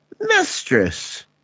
Mistress